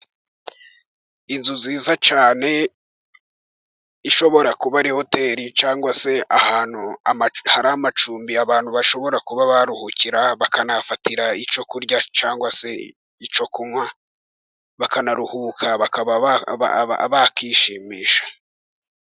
Inzu nziza cyane, ishobora kuba ari hoteri cyangwa se ahantu hari amacumbi, abantu bashobora kuba baruhukira, bakanahafatira icyo kurya cyangwa se icyo kunywa, bakanaruhuka bakaba bakwishimisha.